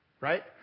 Right